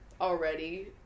already